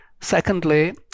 Secondly